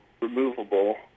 removable